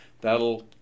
that'll